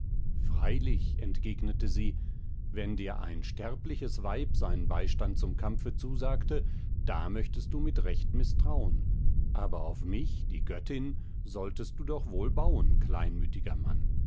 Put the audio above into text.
freilich entgegnete sie wenn dir ein sterbliches weib seinen beistand zum kampfe zusagte da möchtest du mit recht mißtrauen aber auf mich die göttin solltest du doch wohl bauen kleinmütiger mann